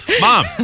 mom